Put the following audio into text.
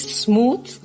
smooth